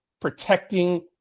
protecting